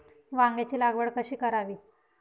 वांग्यांची लागवड कशी करावी?